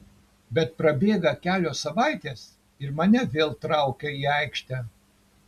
bet prabėga kelios savaitės ir mane vėl traukia į aikštę